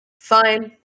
fine